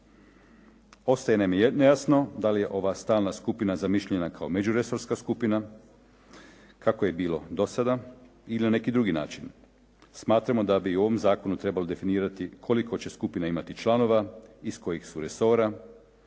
Ostaje nam nejasno da li je ova stalna skupina zamišljena kao međuresorska skupina, kako je bilo do sada ili na neki drugi način. Smatramo da bi u ovom zakonu trebalo definirati koliko će skupina imati članova, iz kojih su resora